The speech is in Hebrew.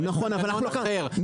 זה מנגנון אחר,